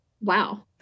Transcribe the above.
Wow